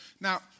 Now